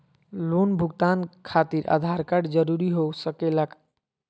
Loan भुगतान खातिर Aadhaar card जरूरी हो सके ला?